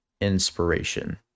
inspiration